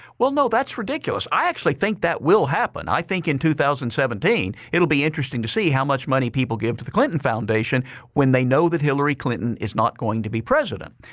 well, no, that's ridiculous. i actually think that will happen. i think in two thousand and seventeen, it will be interesting to see how much money people give to the clinton foundation when they know that hillary clinton is not going to be president.